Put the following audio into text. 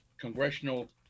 congressional